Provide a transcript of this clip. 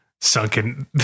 sunken